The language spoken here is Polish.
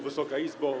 Wysoka Izbo!